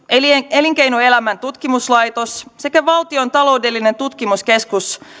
elinkeinoelämän tutkimuslaitos sekä valtion taloudellinen tutkimuskeskus